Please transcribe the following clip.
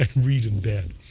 um read in bed.